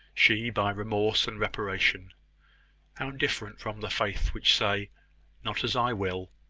she by remorse and reparation how different from the faith which say not as i will,